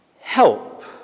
help